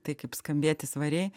tai kaip skambėti svariai